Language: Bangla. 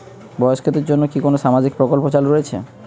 বয়স্কদের জন্য কি কোন সামাজিক প্রকল্প চালু রয়েছে?